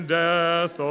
death